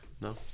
no